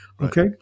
Okay